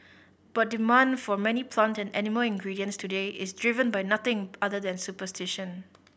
but demand for many plant and animal ingredients today is driven by nothing other than superstition